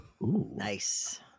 Nice